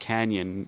Canyon